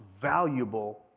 valuable